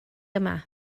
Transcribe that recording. yma